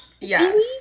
yes